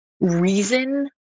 reason